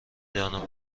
دانم